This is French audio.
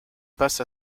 passe